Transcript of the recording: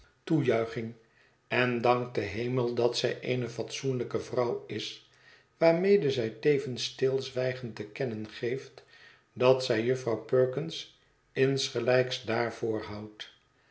en dankt den hemel dat zij eene fatsoenlijke vrouw is waarmede zij tevens stilzwijgend te kennen geeft dat zij jufvrouw perkins insgelijks daarvoor houdt